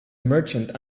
merchant